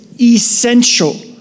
essential